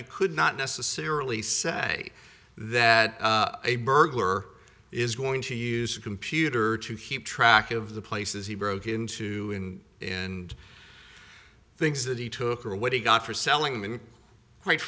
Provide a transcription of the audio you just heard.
you could not necessarily say that a burglar is going to use a computer to keep track of the places he broke into and things that he took or what he got for selling them in quite